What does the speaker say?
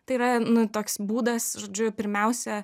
tai yra nu toks būdas žodžiu pirmiausia